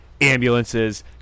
ambulances